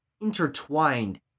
intertwined